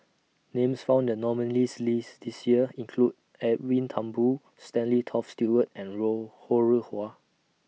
Names found The nominees' list This Year include Edwin Thumboo Stanley Toft Stewart and Row Ho Rih Hwa